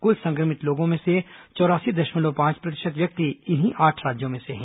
कुल संक्रमित लोगों में से चौरासी दशमलव पांच प्रतिशत व्यक्ति इन्हीं आठ राज्यों में से हैं